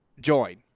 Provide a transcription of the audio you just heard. join